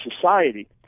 society